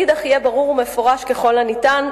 ומאידך גיסא יהיה ברור ומפורש ככל הניתן,